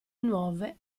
nuove